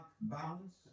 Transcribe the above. balance